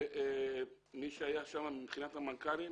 ועוד מי שהיה שם מבחינת המנכ"לים,